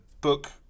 book